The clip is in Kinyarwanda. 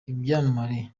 ibyamamare